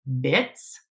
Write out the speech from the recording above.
bits